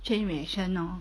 chain reaction lor